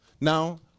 Now